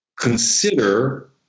Consider